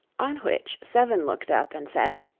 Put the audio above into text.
on which seven looked up and said,